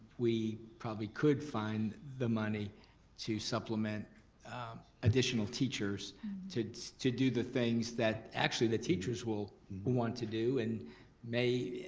we probably could find the money to supplement additional teachers to to do the things that actually the teachers will want to do and may